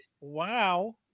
Wow